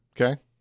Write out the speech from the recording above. Okay